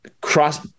cross